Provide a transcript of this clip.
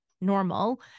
normal